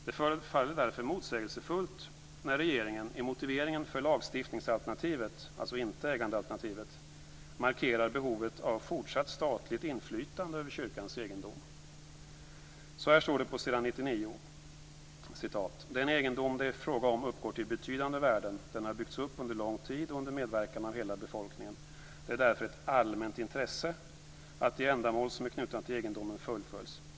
Det förefaller därför motsägelsefullt när regeringen i motiveringen för lagstiftningsalternativet, dvs. inte ägandealternativet, markerar behovet av fortsatt statligt inflytande över kyrkans egendom. Så här står det på s. 99: "Den egendom det är fråga om uppgår till betydande värden. Den har byggts upp under lång tid och under medverkan av hela befolkningen. Det är därför ett allmänt intresse att de ändamål som är knutna till egendomen fullföljs.